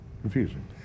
Confusing